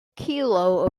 kilo